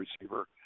receiver